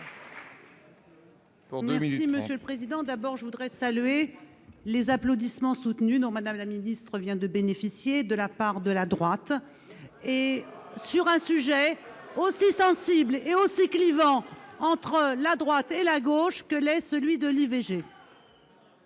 seconde délibération. Je salue les applaudissements soutenus dont Mme la ministre vient de bénéficier de la part de la droite, sur un sujet aussi sensible et aussi clivant entre la droite et la gauche que l'est celui de l'IVG.